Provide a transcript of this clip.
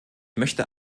möchte